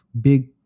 big